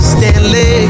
Stanley